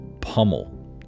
pummel